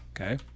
Okay